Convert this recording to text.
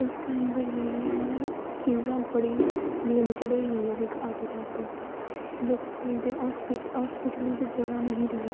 उस टाईम पर जेह्ड़े ऐ चीजां बड़ी लिमटिड तक होईयां हा इक हद्द तक लोकें ते हस्पिटलें च जगा नी ही रेही